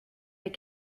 des